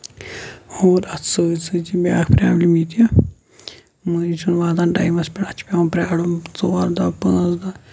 اوراَتھ سۭتۍ سۭتۍ چھِ مےٚ اکھ پرابلِم یہِ تہِ مٔنٛزۍ چھُنہٕ واتان ٹایمَس پٮ۪ٹھ اَتھ چھُ پیوان پیارُن ژور دۄہ پانٛژھ دۄہ